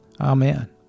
Amen